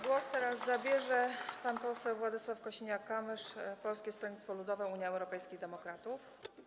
Głos teraz zabierze pan poseł Władysław Kosiniak-Kamysz, Polskie Stronnictwo Ludowe - Unia Europejskich Demokratów.